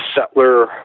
settler